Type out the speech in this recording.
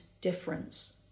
difference